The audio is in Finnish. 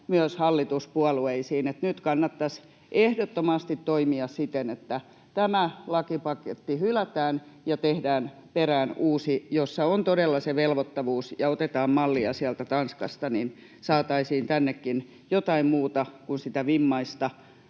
myös hallituspuolueisiin, että nyt kannattaisi ehdottomasti toimia siten, että tämä lakipaketti hylätään ja tehdään perään uusi, jossa on todella se velvoittavuus, ja otetaan mallia sieltä Tanskasta, niin että saataisiin tännekin jotain muuta kuin sitä vimmaista